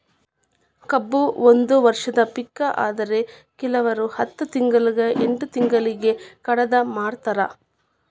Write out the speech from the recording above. ಕಬ್ಬು ಒಂದ ವರ್ಷದ ಪಿಕ ಆದ್ರೆ ಕಿಲ್ವರು ಹತ್ತ ತಿಂಗ್ಳಾ ಎಂಟ್ ತಿಂಗ್ಳಿಗೆ ಕಡದ ಮಾರ್ತಾರ್